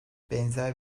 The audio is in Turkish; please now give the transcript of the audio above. benzer